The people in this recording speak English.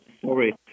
sorry